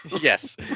yes